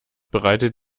bereitet